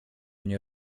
nie